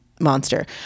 monster